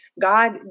God